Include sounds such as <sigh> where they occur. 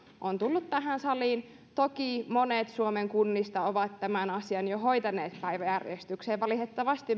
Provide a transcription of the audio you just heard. on tullut tähän saliin toki monet suomen kunnista ovat tämän asian jo hoitaneet päiväjärjestykseen valitettavasti <unintelligible>